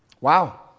Wow